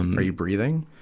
um are you breathing?